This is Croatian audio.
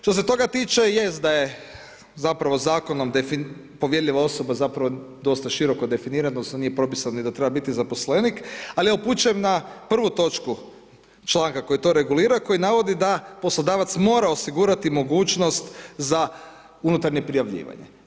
Što se toga tiče jest da je zapravo zakonom povjerljiva osoba zapravo dosta široko definirano, odnosno nije propisano ni da treba biti zaposlenik, ali ja upućujem na prvu točku članka koji je to regulirao i koji navodi da poslodavac mora osigurati mogućnost za unutarnje prijavljivanje.